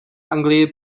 anglii